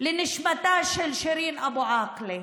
לנשמתה של שירין אבו עאקלה.